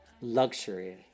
luxury